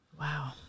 Wow